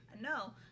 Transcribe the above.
No